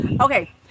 Okay